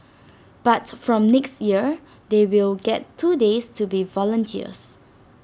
but from next year they will get two days to be volunteers